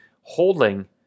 holding